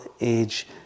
Age